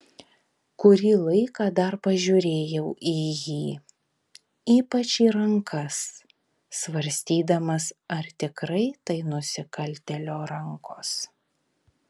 kurį laiką dar pažiūrėjau į jį ypač į rankas svarstydamas ar tikrai tai nusikaltėlio rankos